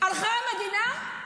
הלכה המדינה?